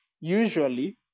Usually